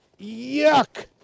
Yuck